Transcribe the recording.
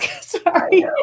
Sorry